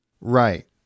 Right